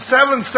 Seven